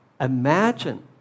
Imagine